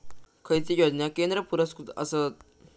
खैचे योजना केंद्र पुरस्कृत आसत?